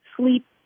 sleep